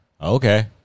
okay